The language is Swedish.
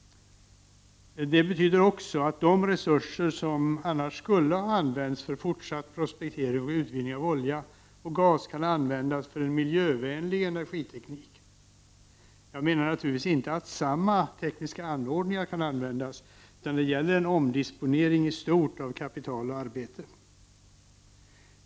Det betyder också att de resurser som annars skulle ha använts för fortsatt prospektering och utvinning av olja och gas kan användas för en miljövänlig energiteknik. Jag menar naturligtvis inte att samma tekniska anordningar kan användas utan det gäller en omdisponering i stort av kapital och arbete.